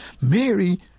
Mary